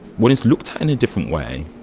when it's looked in a different way,